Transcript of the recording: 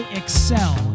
excel